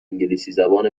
انگلیسیزبان